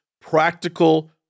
practical